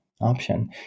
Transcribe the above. option